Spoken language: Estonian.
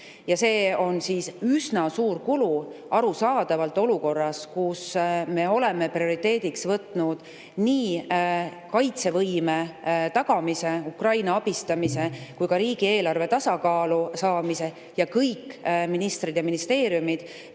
arusaadavalt üsna suur kulu olukorras, kus me oleme prioriteediks võtnud nii kaitsevõime tagamise, Ukraina abistamise kui ka riigieelarve tasakaalu saamise. Kõik ministrid ja ministeeriumid